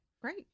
great